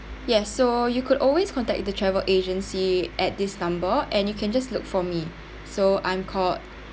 yes so you could always contact the travel agency at this number and you can just look for me so I'm called